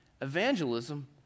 evangelism